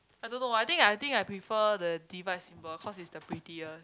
I don't know why I think I think I prefer the divide symbol cause is the prettier